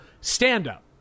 stand-up